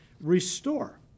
restore